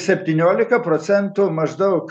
septyniolika procentų maždaug